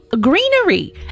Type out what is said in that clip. greenery